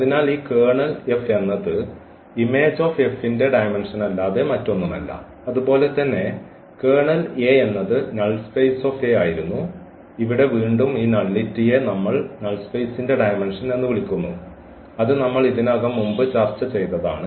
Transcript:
അതിനാൽ ഈ kernel F എന്നത് Image of F ന്റെ ഡയമെന്ഷൻല്ലാതെ മറ്റൊന്നുമല്ല അതുപോലെ തന്നെ കേർണൽ A എന്നത് Null space of A യിരുന്നു ഇവിടെ വീണ്ടും ഈ നള്ളിറ്റിയെ നമ്മൾ നൾ സ്പേസിന്റെ ഡയമെന്ഷൻ എന്ന് വിളിക്കുന്നു അത് നമ്മൾ ഇതിനകം മുമ്പ് ചർച്ച ചെയ്തതാണ്